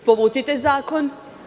Povucite zakon.